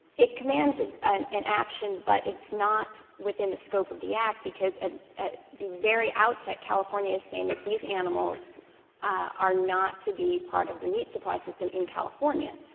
it commands an an action, but it's not within the scope of the act, because at at the very outset california is saying that these animals are not to be part of the meat supply system in california.